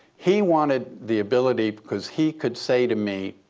he wanted the ability because he could say to me,